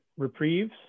reprieves